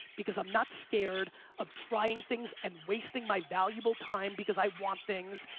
because i'm not scared of trying things and wasting my valuable time because i want things,